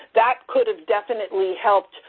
that could have definitely helped,